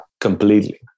completely